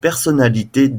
personnalités